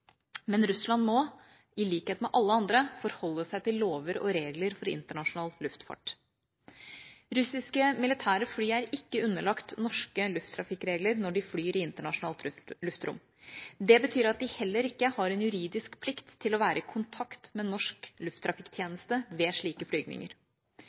men Russland må, i likhet med alle andre, forholde seg til lover og regler for internasjonal luftfart. Russiske militære fly er ikke underlagt norske lufttrafikkregler når de flyr i internasjonalt luftrom. Det betyr at de heller ikke har en juridisk plikt til å være i kontakt med norsk lufttrafikktjeneste ved slike